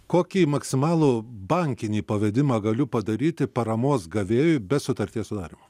kokį maksimalų bankinį pavedimą galiu padaryti paramos gavėjui be sutarties sudarymo